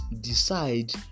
decide